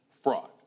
Fraud